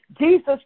Jesus